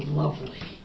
lovely